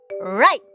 Right